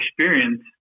experience